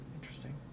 Interesting